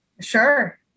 Sure